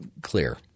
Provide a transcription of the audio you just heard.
clear